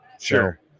Sure